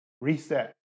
Reset